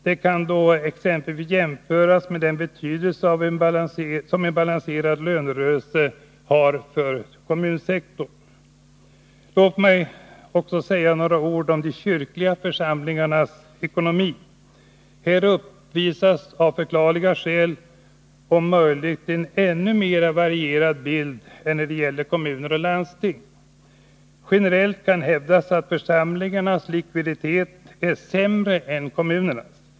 Detta kan exempelvis jämföras med den betydelse som en balanserad lönerörelse har för kommunerna. Låt mig också säga några ord om de kyrkliga församlingarnas ekonomi. Här uppvisas av förklarliga skäl en om möjligt ännu mer varierad bild än när det gäller kommuner och landsting. Generellt kan hävdas att församlingarnas likviditet är sämre än kommunernas.